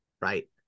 right